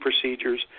procedures